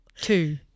Two